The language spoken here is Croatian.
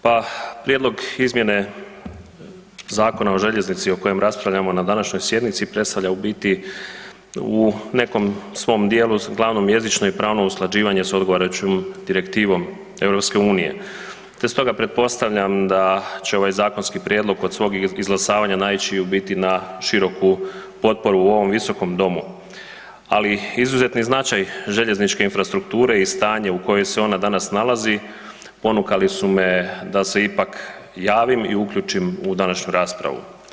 Pa Prijedlog izmjene Zakona o željeznici o kojem raspravljamo na današnjoj sjednici, predstavlja u biti u nekom svom djelu, uglavnom jezičnom i pravno usklađivanje s odgovarajućom direktivom EU-a te stoga pretpostavljam da će ovaj zakonski prijedlog kod svog izglasavanja naići u biti na široku potporu u ovom Visokom domu, ali izuzetni značaj željezničke infrastrukture i stanje u kojoj se ona danas nalazi, ponukali su me da se ipak javim i uključim u današnju raspravu.